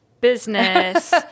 business